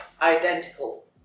identical